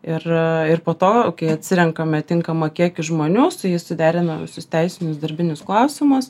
ir ir po to kai atsirenkame tinkamą kiekį žmonių su jais suderina visus teisinius darbinius klausimus